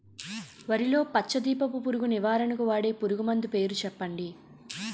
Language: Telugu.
వరిలో పచ్చ దీపపు పురుగు నివారణకు వాడే పురుగుమందు పేరు చెప్పండి?